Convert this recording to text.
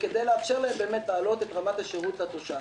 וכדי לאפשר להן להעלות את רמת השירות לתושב.